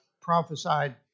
prophesied